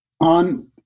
on